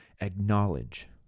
acknowledge